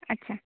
ᱟᱪᱪᱷᱟ